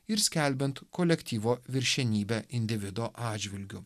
ir skelbiant kolektyvo viršenybę individo atžvilgiu